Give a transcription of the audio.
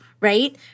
right